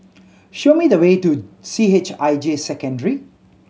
show me the way to C H I J Secondary